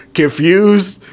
confused